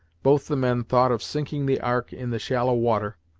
both the men thought of sinking the ark in the shallow water,